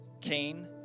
Cain